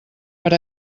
per